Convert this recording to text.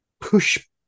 push